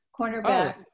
cornerback